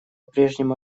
прежнему